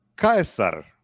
Caesar